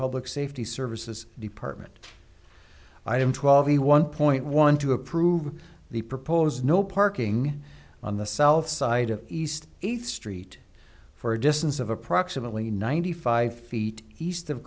public safety services department item twelve e one point one two approve the proposed no parking on the south side of east eighth street for a distance of approximately ninety five feet east of